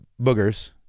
boogers